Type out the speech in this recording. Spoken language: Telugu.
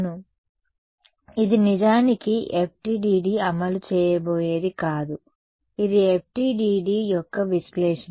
కాబట్టి ఇది నిజానికి FDTD అమలు చేయబోయేది కాదు ఇది FDTD యొక్క విశ్లేషణ